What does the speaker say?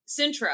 Sintra